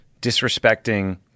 disrespecting